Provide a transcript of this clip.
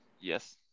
Yes